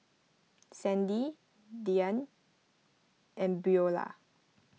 Sandy Dyan and Beulah